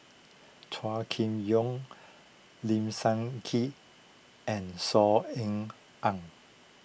Chua Kim Yeow Lim Sun Gee and Saw Ean Ang